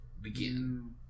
begin